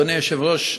אדוני היושב-ראש,